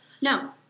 No